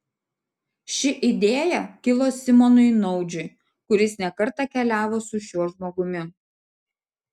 ši idėja kilo simonui naudžiui kuris ne kartą keliavo su šiuo žmogumi